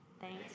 Thanks